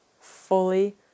fully